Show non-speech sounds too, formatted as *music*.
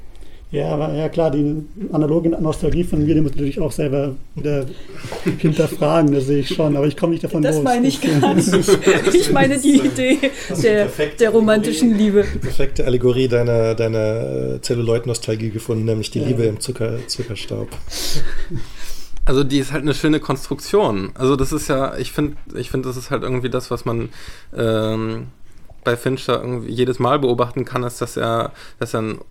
Ja, aber- ja, klar, die analoge Nostalgie von mir, die muss ich natürlich auch selber wieder *laughs* hinterfragen, das sehe ich schon, aber ich komme nicht davon Das los. meine ich Deswegen- gar nicht. *laughs* Ich meine die Idee Hast du die der- perfekte der Allegorie- romantischen Liebe. die perfekte Allegorie deiner- deiner, äh, Zelluloid-Nostalgie gefunden, nämlich die Ja. Liebe im Zucker- Zuckerstaub. *laughs* Also die ist halt eine schöne Konstruktion. Also das ist ja- ich finde- ich finde, das ist halt irgendwie das, was man, ähm, bei Fincher irgendwie jedes Mal beobachten kann, ist, dass er- dass er ein